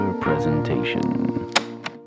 presentation